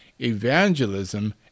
Evangelism